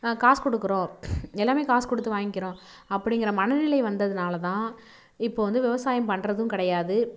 காசு கொடுக்கறோம் எல்லாமே காசு கொடுத்து வாங்கிக்கின்றோம் அப்படிங்கிற மனநிலை வந்ததுனால் தான் இப்போ வந்து விவசாயம் பண்றதும் கிடையாது